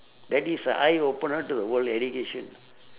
that is a eye opener to the world education